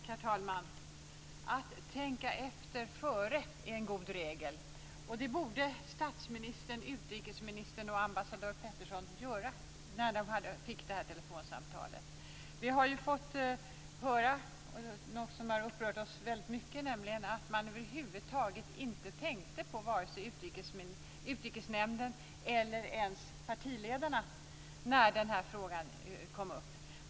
Herr talman! Att tänka efter före är en god regel. Det borde statsministern, utrikesministern och ambassadör Petersson ha gjort när de fick telefonsamtalet. Vi har ju fått höra något som har upprört oss mycket, nämligen att man över huvud taget inte tänkte på vare sig Utrikesnämnden eller ens partiledarna när den här frågan kom upp.